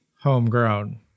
homegrown